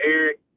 Eric